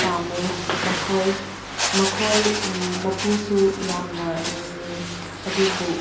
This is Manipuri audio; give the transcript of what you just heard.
ꯄꯥꯝꯃꯦ ꯃꯈꯣꯏ ꯃꯈꯣꯏ ꯃꯄꯨꯁꯨ ꯌꯥꯝꯅ ꯅꯤꯡꯏ ꯑꯗꯨꯕꯨ